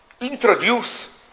introduce